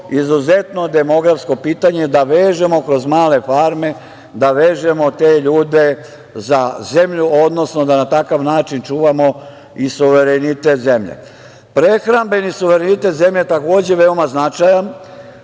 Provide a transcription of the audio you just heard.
izuzetno demografsko pitanje pitanje, da vežemo kroz male farme te ljude za zemlju, odnosno da na takav način čuvamo i suverenitet zemlje. Prehrambeni suverenitet zemlje je, takođe, veoma značajan